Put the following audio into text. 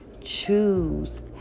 choose